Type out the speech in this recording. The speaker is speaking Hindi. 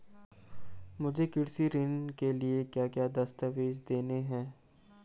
मुझे कृषि ऋण के लिए क्या क्या दस्तावेज़ देने हैं?